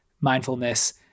mindfulness